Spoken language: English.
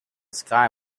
sky